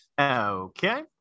Okay